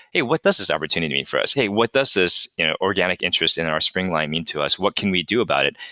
hey, what does this opportunity mean for us? hey, what does this organic interest in our spring line mean to us? what can we do about it?